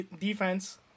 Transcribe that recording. defense